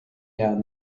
down